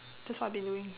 that's what I have been doing